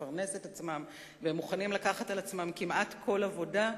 ולפרנס את עצמם והם מוכנים לקחת על עצמם כמעט כל עבודה,